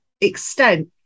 extent